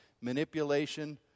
manipulation